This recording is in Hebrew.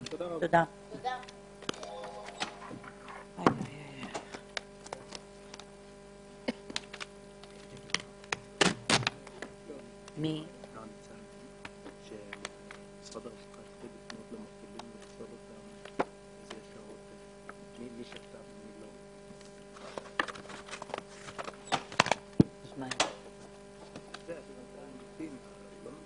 11:15.